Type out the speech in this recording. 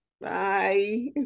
bye